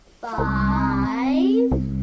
five